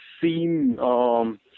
seen